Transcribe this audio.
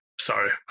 Sorry